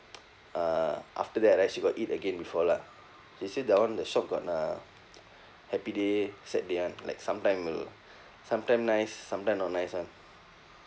uh after that right she got eat again before lah she say that one the shop got uh happy day sad day one like sometime will sometime nice sometime not nice [one]